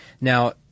now